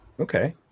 okay